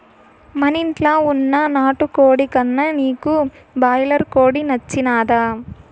మనింట్ల వున్న నాటుకోడి కన్నా నీకు బాయిలర్ కోడి నచ్చినాదా